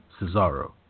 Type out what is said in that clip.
Cesaro